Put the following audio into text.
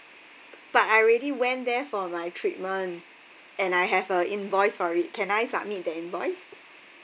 but I already went there for my treatment and I have a invoice for it can I submit the invoice